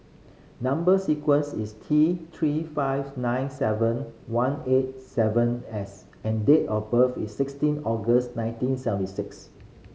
number sequence is T Three five nine seven one eight seven S and date of birth is sixteen August nineteen seventy six